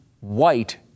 white